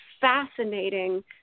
fascinating